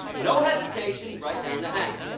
no hesitation, right down the hatch.